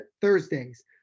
Thursdays